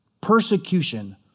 persecution